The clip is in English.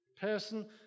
person